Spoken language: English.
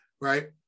right